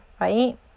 right